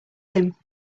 him